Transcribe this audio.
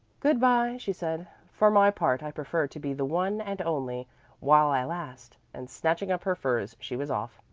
good-bye, she said. for my part, i prefer to be the one and only while i last, and snatching up her furs she was off.